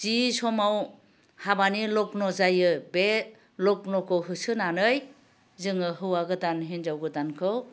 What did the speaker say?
जि समाव हाबानि लग्न' जायो बे लग्न'खौ होसोनानै जोङो हौवा गोदान हिन्जाव गोदानखौ